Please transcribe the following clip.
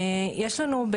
יש לנו,